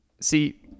See